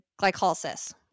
glycolysis